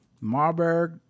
marburg